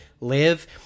live